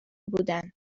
بودن